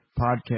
podcast